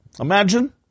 Imagine